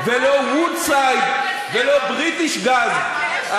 ולא "וודסייד" ולא "בריטיש גז" מה הקשר?